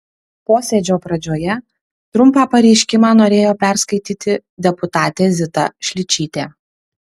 posėdžio pradžioje trumpą pareiškimą norėjo perskaityti deputatė zita šličytė